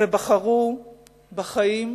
ובחרו בחיים.